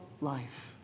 life